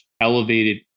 elevated